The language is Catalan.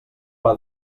pla